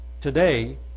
today